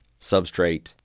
substrate